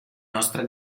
nostra